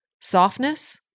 softness